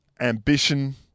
ambition